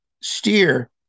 steer